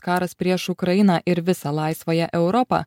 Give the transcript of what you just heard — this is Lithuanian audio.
karas prieš ukrainą ir visą laisvąją europą